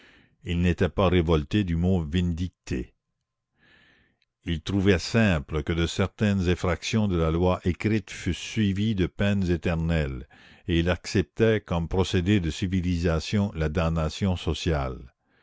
il n'était pas révolté du mot vindicte il trouvait simple que de certaines effractions de la loi écrite fussent suivies de peines éternelles et il acceptait comme procédé de civilisation la damnation sociale